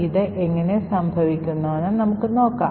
ഇത് എങ്ങനെ സംഭവിക്കുമെന്ന് നമുക്ക് നോക്കാം